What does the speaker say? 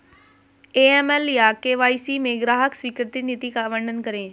AML या KYC में ग्राहक स्वीकृति नीति का वर्णन करें?